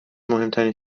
مهمترین